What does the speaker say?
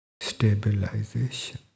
Stabilization